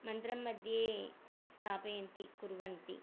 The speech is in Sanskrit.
मन्त्रं मध्ये स्थापयन्ति कुर्वन्ति